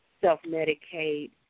self-medicate